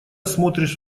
смотришь